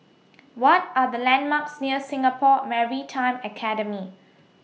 What Are The landmarks near Singapore Maritime Academy